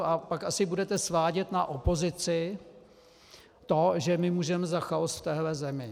A pak asi budete svádět na opozici, že my můžeme za chaos v téhle zemi.